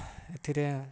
ଏଥିରେ